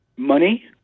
money